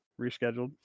Rescheduled